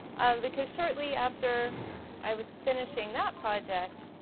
because shortly after i was finishing that project,